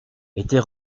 était